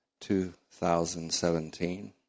2017